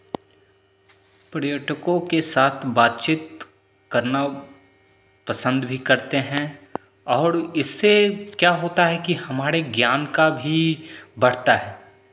पर्यटकों के साथ बातचीत करना पसंद भी करते हैं और इससे क्या होता है कि हमारे ज्ञान का भी बढ़ता है